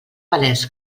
palès